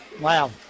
Wow